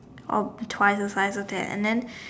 or twice the size of that and then